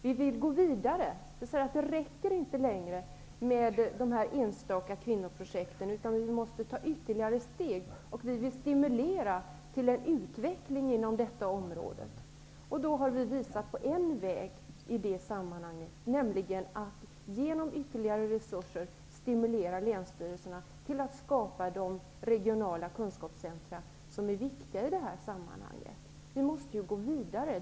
Vi vill gå vidare. Vi säger att det inte längre räcker med enstaka kvinnoprojekt, utan vi måste ta ytterligare steg. Vi vill stimulera till en utveckling inom detta område. Vi har visat på en väg i detta sammanhang, nämligen att genom ytterligare resurser stimulera länsstyrelserna till att skapa de regionala kunskapscentrum som är viktiga i detta sammanhang. Vi måste gå vidare.